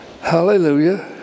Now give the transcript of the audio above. Hallelujah